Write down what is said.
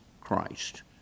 Christ